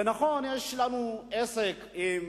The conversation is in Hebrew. זה נכון, יש לנו עסק עם